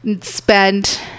spend